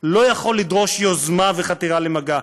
לא יכול לדרוש יוזמה וחתירה למגע.